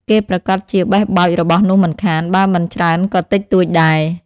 គេប្រាកដជាបេះបោចរបស់នោះមិនខាន បើមិនច្រើនក៏តិចតួចដែរ ។